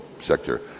sector